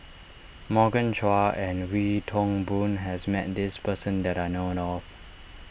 Morgan Chua and Wee Toon Boon has met this person that I known of